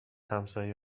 همسایه